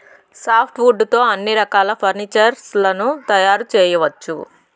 soft wood తో అన్ని రకాల ఫర్నీచర్ లను తయారు చేయవచ్చు